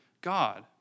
God